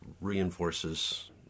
Reinforces